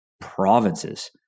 provinces